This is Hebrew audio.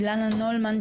אילנה נולמן,